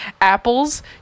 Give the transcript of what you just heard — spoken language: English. Apples